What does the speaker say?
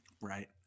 Right